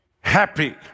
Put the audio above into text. happy